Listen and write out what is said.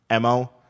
MO